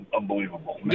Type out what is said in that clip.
unbelievable